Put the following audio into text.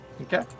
Okay